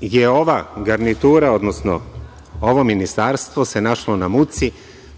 je ova garnitura, odnosno ovo ministarstvo se našlo na muci